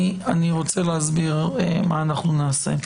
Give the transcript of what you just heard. אני רוצה להסביר מה אנחנו נעשה.